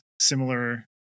similar